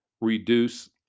reduce